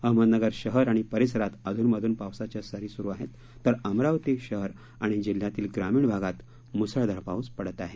अहमदनगर शहर आणि परीसरात अधून मधून पावसाच्या सरी सुरु आहेत तर अमरावती शहर आणि जिल्ह्यातील ग्रामीण भागात मुसळधार पाऊस पडत आहे